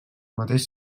mateix